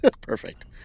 Perfect